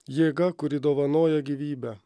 jėga kuri dovanojo gyvybę